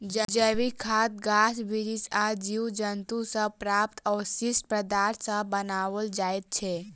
जैविक खाद गाछ बिरिछ आ जीव जन्तु सॅ प्राप्त अवशिष्ट पदार्थ सॅ बनाओल जाइत छै